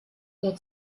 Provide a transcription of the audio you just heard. der